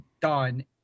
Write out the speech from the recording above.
Done